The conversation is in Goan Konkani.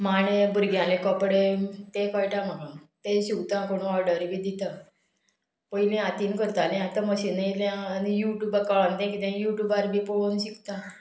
माणे भुरग्यांले कपडे तें कळटा म्हाका तें शिवता कोण ऑर्डर बी दिता पयली हातीन करताले आतां मशीनां येयल्या आनी यू ट्यूब कळोन तें किदें यू ट्यूबार बी पळोवन शिकता